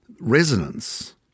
resonance